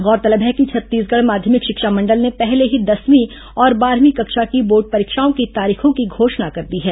गौरतलब है कि छत्तीसगढ़ माध्यमिक शिक्षा मंडल ने पहले ही दसवीं और बारहवीं कक्षा की बोर्ड परीक्षाओं की तारीखों की घोषणा कर दी है